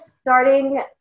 starting